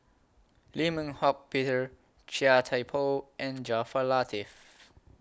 Lim Eng Hock Peter Chia Thye Poh and Jaafar Latiff